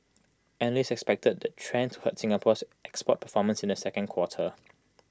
analysts expected that trend to hurt Singapore's export performance in the second quarter